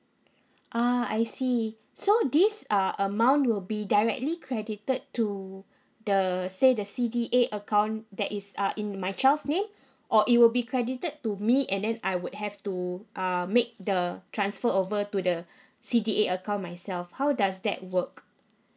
uh I see so these are amount will be directly credited to the say the C_D_A account that is uh in my child's name or it will be credited to me and then I would have to err make the transfer over to the C_D_A account myself how does that work